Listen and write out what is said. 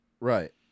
Right